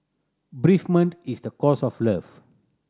bereavement is the cost of love